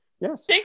Yes